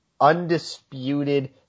undisputed